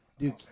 Dude